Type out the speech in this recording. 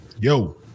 Yo